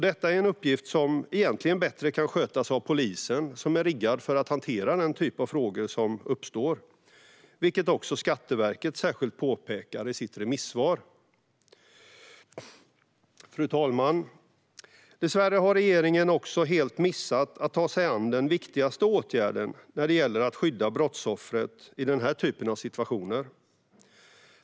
Detta är en uppgift som egentligen bättre kan skötas av polisen som är riggad för att hantera denna typ av frågor som uppstår, vilket också Skatteverket särskilt påpekar i sitt remissvar. Fru talman! Dessvärre har regeringen också helt missat att ta sig an den viktigaste åtgärden när det gäller att skydda brottsoffret i denna typ av situationer.